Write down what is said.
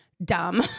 dumb